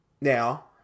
Now